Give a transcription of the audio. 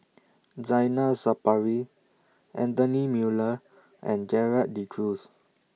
Zainal Sapari Anthony Miller and Gerald De Cruz